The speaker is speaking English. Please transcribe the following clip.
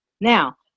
Now